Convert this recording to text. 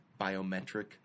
biometric